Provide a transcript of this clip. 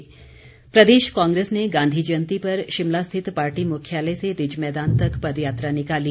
कांग्रेस समारोह प्रदेश कांग्रेस ने गांधी जयंती पर शिमला स्थित पार्टी मुख्यालय से रिज मैदान तक पद यात्रा निकाली